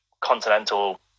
continental